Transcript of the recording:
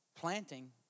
Planting